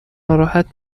ناراحت